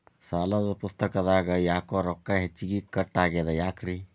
ಸಾಲದ ಪುಸ್ತಕದಾಗ ಯಾಕೊ ರೊಕ್ಕ ಹೆಚ್ಚಿಗಿ ಕಟ್ ಆಗೆದ ಯಾಕ್ರಿ?